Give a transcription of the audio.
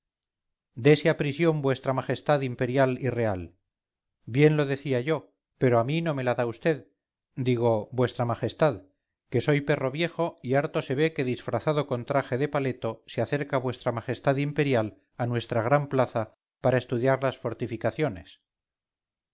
a prisión vuestra majestad imperial y real bien lo decía yo pero a mí no me la da vd digo vuestra majestad que soy perro viejo y harto se ve que disfrazado con traje de paleto se acerca vuestra majestad imperial a nuestra gran plaza para estudiar las fortificaciones